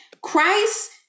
Christ